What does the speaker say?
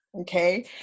Okay